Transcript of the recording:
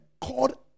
called